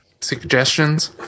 suggestions